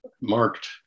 marked